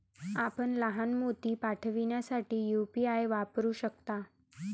आपण लहान मोती पाठविण्यासाठी यू.पी.आय वापरू शकता